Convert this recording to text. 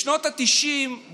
בשנות התשעים,